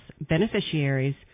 beneficiaries